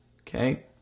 okay